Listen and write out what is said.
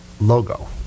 logo